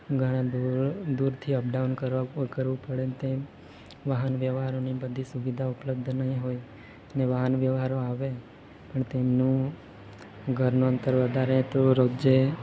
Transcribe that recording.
ઘણા દૂર દૂરથી અપડાઉન કરવા કરવું પડેને ત્યારે વાહનવ્યવહારની બધી સુવિધા ઉપલબ્ધ નહીં હોય ને વાહનવ્યવહારો આવે પણ તેમનું ઘરનું અંતર વધારે તો રોજે